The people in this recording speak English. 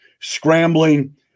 scrambling